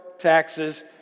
taxes